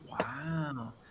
Wow